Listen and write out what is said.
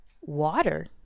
water